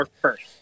first